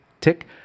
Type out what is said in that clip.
tick